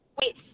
Wait